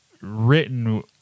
written